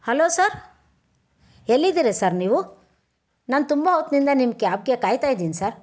hello sir ಎಲ್ಲಿದ್ದೀರಿ sir ನೀವು ನಾನು ತುಂಬ ಹೊತ್ತಿನಿಂದ ನಿಮ್ಮ ಕ್ಯಾಬ್ಗೆ ಕಾಯ್ತಾ ಇದ್ದೀನಿ ಸರ್